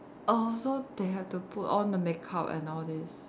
oh so they have to put on the makeup and all this